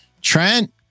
Trent